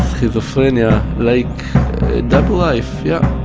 schizophrenia, like double life, yeah